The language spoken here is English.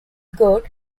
good